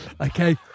Okay